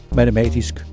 matematisk